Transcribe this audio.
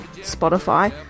Spotify